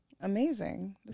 Amazing